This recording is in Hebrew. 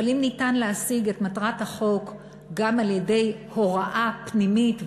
אבל אם ניתן להשיג את מטרת החוק גם על-ידי הוראה פנימית,